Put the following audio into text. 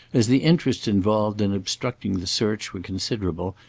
as the interests involved in obstructing the search were considerable,